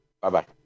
Bye-bye